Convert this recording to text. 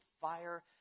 fire